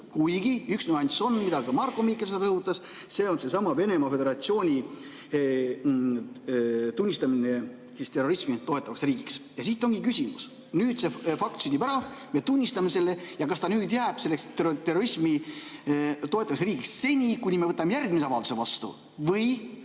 kuigi üks nüanss on, mida ka Marko Mihkelson rõhutas – see on seesama Venemaa Föderatsiooni tunnistamine terrorismi toetavaks riigiks. Ja siit ongi küsimus. Kui nüüd see fakt sünnib ära, me tunnistame seda, siis kas ta nüüd jääb selleks terrorismi toetavaks riigiks seni, kuni me võtame järgmise avalduse vastu, või